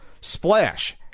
Splash